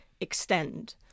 extend